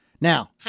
Now